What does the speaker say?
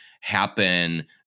happen